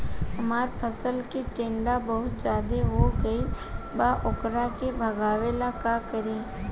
हमरा फसल में टिड्डा बहुत ज्यादा हो गइल बा वोकरा के भागावेला का करी?